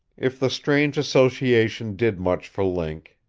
if the strange association did much for link,